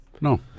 No